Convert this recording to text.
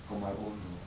got my own bro